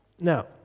Now